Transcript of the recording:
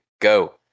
go